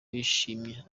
yishimye